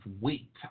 weight